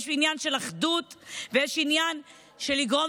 יש עניין של אחדות ויש עניין של לגרום